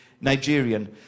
Nigerian